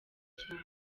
cyane